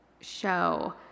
show